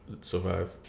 survive